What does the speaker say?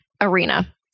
arena